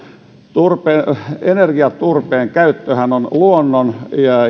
energiaturpeen käyttöhän on luonnon